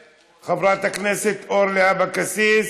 מוותר, חברת הכנסת אורלי אבקסיס,